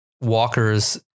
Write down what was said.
walkers